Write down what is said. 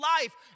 life